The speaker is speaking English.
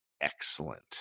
excellent